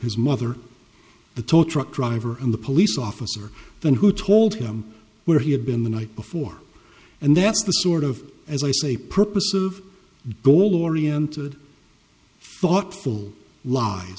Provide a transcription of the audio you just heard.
his mother the tow truck driver and the police officer then who told him where he had been the night before and that's the sort of as i say purpose of goal oriented thoughtful l